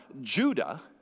Judah